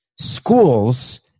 schools